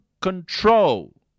control